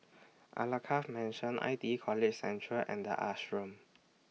Alkaff Mansion I T College Central and The Ashram